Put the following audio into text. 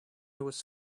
was